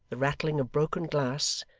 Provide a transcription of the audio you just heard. the rattling of broken glass,